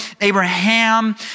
Abraham